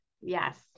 Yes